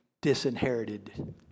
disinherited